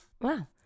wow